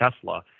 Tesla